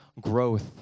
growth